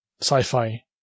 sci-fi